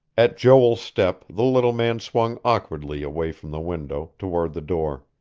at joel's step, the little man swung awkwardly away from the window, toward the door.